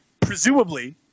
presumably